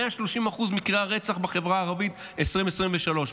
130% ממקרי הרצח בחברה הערבית, ב-2023.